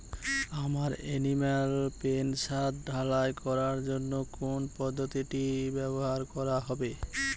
আমার animal pen ছাদ ঢালাই করার জন্য কোন পদ্ধতিটি ব্যবহার করা হবে?